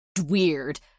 weird